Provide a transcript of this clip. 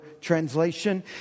translation